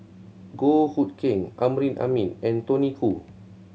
Goh Hood Keng Amrin Amin and Tony Khoo